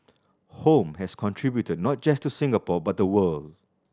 home has contributed not just to Singapore but the world